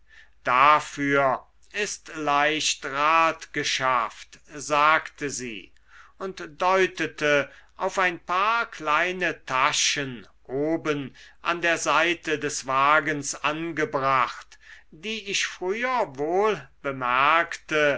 dafür ist leicht rat geschafft sagte sie und deutete auf ein paar kleine taschen oben an der seite des wagens angebracht die ich früher wohl